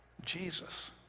Jesus